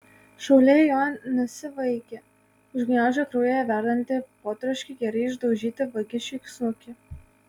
šaulė jo nesivaikė užgniaužė kraujyje verdantį potroškį gerai išdaužyti vagišiui snukį